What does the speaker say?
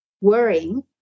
worrying